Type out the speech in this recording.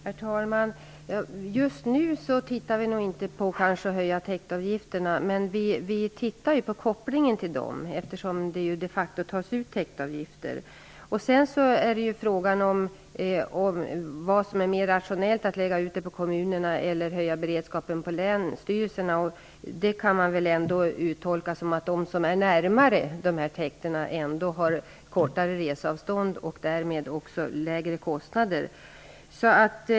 Herr talman! Just nu undersöker vi inte möjligheten att höja täktavgifterna. Men vi studerar kopplingen till dessa, eftersom det ju de facto tas ut täktavgifter. Sedan är frågan om vad som är mer rationellt -- att lägga ut kostnaden på kommunerna eller att höja beredskapen hos länsstyrelserna. De som bor närmare täkterna har kortare reseavstånd och därmed också lägre kostnader.